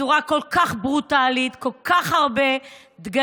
בצורה כל כך ברוטלית, כל כך הרבה דגלים.